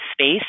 space –